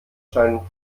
scheinen